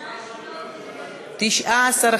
עראר,